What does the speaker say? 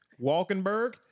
Walkenberg